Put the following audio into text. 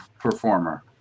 performer